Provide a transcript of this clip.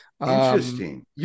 Interesting